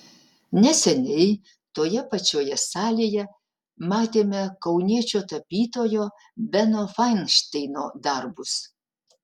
neseniai toje pačioje salėje matėme kauniečio tapytojo beno fainšteino darbus